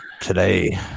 today